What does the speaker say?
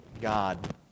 God